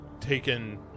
taken